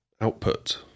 output